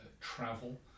travel